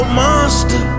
monster